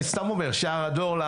אני סתם אומר שער הדולר,